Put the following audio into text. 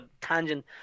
tangent